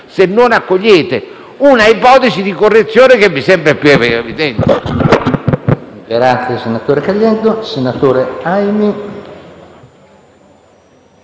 se non accoglierete una ipotesi di correzione che mi sembra più che evidente,